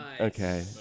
Okay